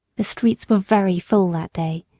the streets were very full that day,